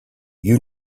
you